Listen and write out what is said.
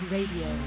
Radio